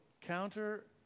counter